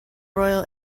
royal